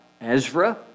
Ezra